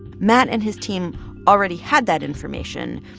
matt and his team already had that information,